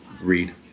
Read